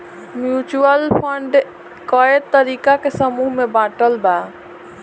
mutual fund कए तरीका के समूह में बाटल बा